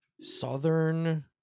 Southern